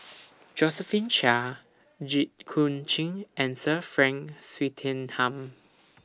Josephine Chia Jit Koon Ch'ng and Sir Frank Swettenham